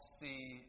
see